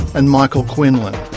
and michael quinlan.